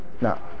Now